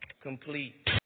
complete